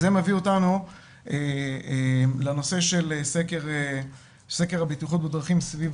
וזה מביא אותנו לנושא של סקר הבטיחות בדרכים סביב